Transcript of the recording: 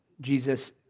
Jesus